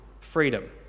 freedom